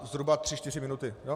Zhruba tři, čtyři minuty, ano?